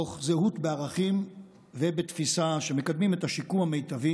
תוך זהות בערכים ובתפיסה שמקדמים את השיקום המיטבי